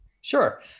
Sure